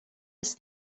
ist